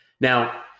Now